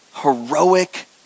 heroic